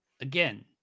Again